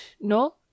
no